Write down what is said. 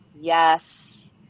yes